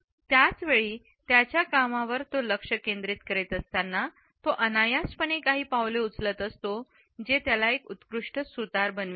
त्याच वेळी त्याच्या कामावर तो लक्ष केंद्रित करीत असताना तो अनायास पणेकाही पावले उचलतो जे त्याला एक उत्कृष्ट सुतार बनवितात